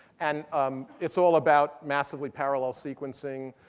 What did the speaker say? and um it's all about massively parallel sequencing,